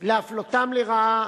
להפלותם לרעה